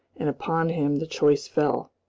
and upon him the choice fell.